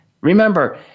Remember